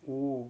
oh